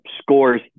scores